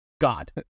God